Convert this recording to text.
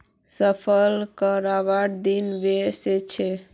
फसल कटवार दिन व स छ